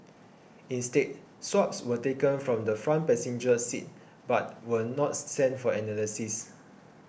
instead swabs were taken from the front passenger seat but were not sent for analysis